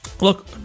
look